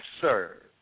sir